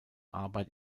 arbeit